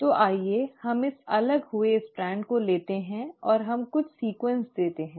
तो आइए हम इस अलग हुए स्ट्रैंड को लेते हैं और हम कुछ सीक्वेंस देते हैं